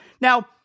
Now